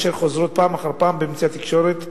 אשר חוזרות פעם אחר פעם באמצעי התקשורת השונים.